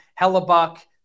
Hellebuck